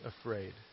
afraid